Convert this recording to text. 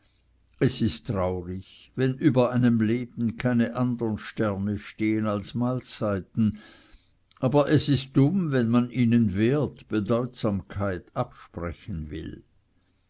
es ist traurig wenn über einem leben keine andern sterne stehen als mahlzeiten aber es ist dumm wenn man ihnen wert bedeutsamkeit absprechen will